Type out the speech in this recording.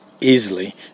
easily